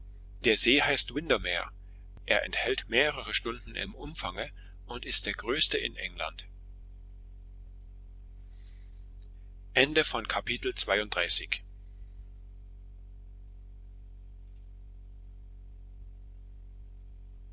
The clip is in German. der see heißt windermere er enthält mehrere stunden im umfange und ist der größte in england